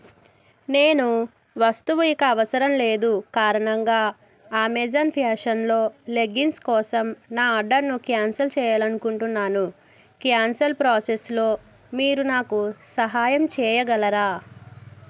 నేను వస్తువు ఇక అవసరం లేదు కారణంగా ఆమేజన్ ఫ్యాషన్లో లెగ్గింగ్స్ కోసం నా ఆర్డర్ను క్యాన్సల్ చేయాలనుకుంటున్నాను క్యాన్సల్ ప్రాసెస్లో మీరు నాకు సహాయం చేయగలరా